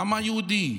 העם היהודי,